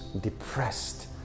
depressed